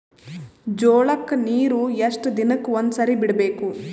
ಜೋಳ ಕ್ಕನೀರು ಎಷ್ಟ್ ದಿನಕ್ಕ ಒಂದ್ಸರಿ ಬಿಡಬೇಕು?